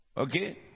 okay